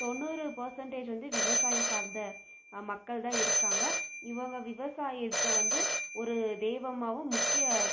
தொண்ணூறு பேர்சென்டேஜ் வந்து விவசாயம் சார்ந்த மக்கள் தான் இருக்காங்க இவங்க விவசாயத்த வந்து ஒரு தெய்வமாகவும் முக்கிய